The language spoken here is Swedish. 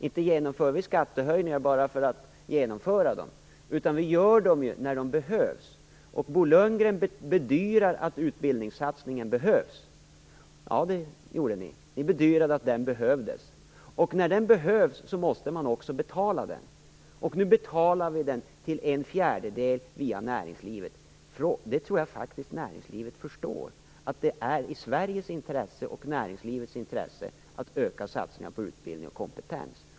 Inte genomför vi skattehöjningar bara för att genomföra dem, utan vi gör det när det behövs. Bo Lundgren bedyrar att utbildningssatsningen behövs. När den behövs måste man också betala den. Vi betalar den till en fjärdedel via näringslivet. Jag tror faktiskt att näringslivet förstår att det är i Sveriges och näringslivets intresse att öka satsningar på utbildning och kompetens.